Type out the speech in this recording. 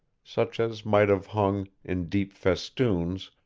such as might have hung, in deep festoons,